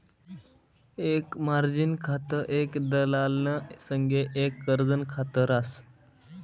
एक मार्जिन खातं एक दलालना संगे एक कर्जनं खात रास